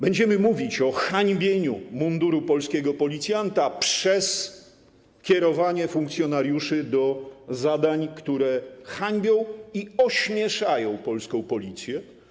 Będziemy mówić o hańbieniu munduru polskiego policjanta przez kierowanie funkcjonariuszy do zadań, które hańbią i ośmieszają polską Policję.